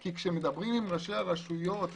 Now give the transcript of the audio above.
כי כשמדברים עם ראשי הרשויות,